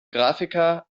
grafiker